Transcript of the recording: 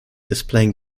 displaying